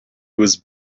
was